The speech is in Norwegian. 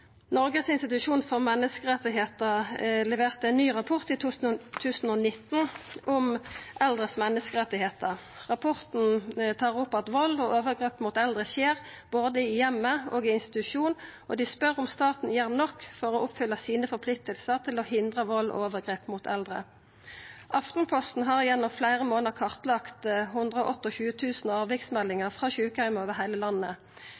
institusjon for menneskerettigheter leverte ein ny rapport i 2019 om eldres menneskerettar. Rapporten tar opp at vald og overgrep mot eldre skjer både i heimen og på institusjon og spør om staten gjer nok for å oppfylla sine plikter for å hindra vald og overgrep mot eldre. Aftenposten har gjennom fleire månader kartlagt 128 000 avviksmeldingar frå sjukeheimar over heile landet.